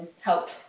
help